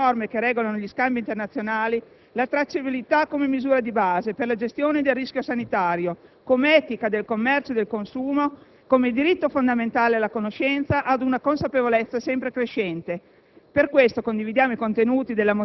a quella battaglia che vuole introdurre nelle norme che regolano gli scambi internazionali la tracciabilità come misura di base per la gestione del rischio sanitario, come etica del commercio e del consumo, come diritto fondamentale alla conoscenza, ad una consapevolezza sempre crescente.